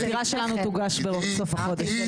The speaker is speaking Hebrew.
העתירה שלנו תוגש בסוף החודש.